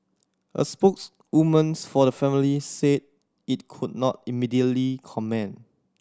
a spokeswoman's for the family said it could not immediately comment